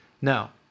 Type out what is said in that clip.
Now